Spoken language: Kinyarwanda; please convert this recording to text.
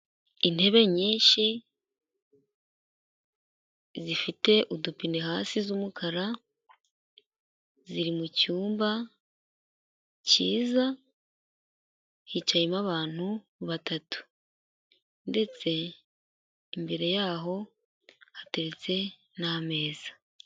Intebe nyinshi zifite udupine hasi z'umukara, ziri mu cyumba cyiza, hicayemo abantu batatu ndetse imbere yaho hateretse n'ameza.